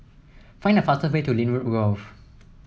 find the fastest way to Lynwood Grove